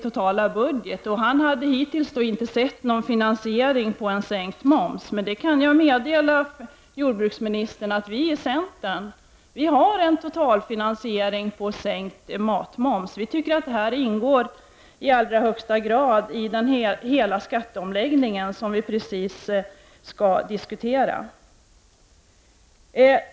Hittills hade han inte, sade jordbruksministern, sett någon finansiering av sänkt matmoms. Jag kan meddela jordbruksministern att vi i centern har anvisat hur en sänkt matmoms skall finansieras. Vi tycker att detta i allra högsta grad ingår i hela skatteomläggningen som precis skall diskuteras.